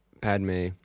Padme